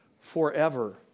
forever